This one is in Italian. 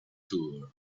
tour